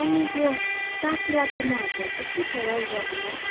अनि त्यो साकेलाको महत्त्व चाहिँ के छ राई जातिमा